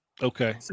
Okay